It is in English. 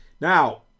Now